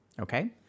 Okay